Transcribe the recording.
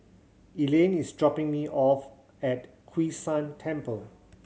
Elaine is dropping me off at Hwee San Temple